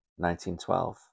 1912